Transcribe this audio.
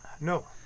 No